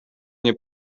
nie